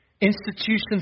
Institutions